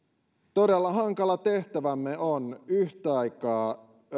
todella hankala tehtävämme on yhtä aikaa